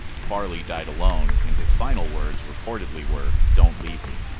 farley died alone, and his final words reportedly were, don't leave me.